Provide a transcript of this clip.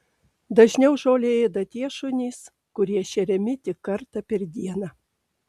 dažniau žolę ėda tie šunys kurie šeriami tik kartą per dieną